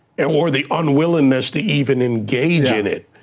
um or the unwillingness to even engage in it,